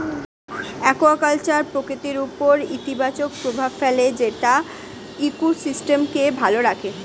aquaculture প্রকৃতির উপর ইতিবাচক প্রভাব ফেলে যেটা ইকোসিস্টেমকে ভালো রাখে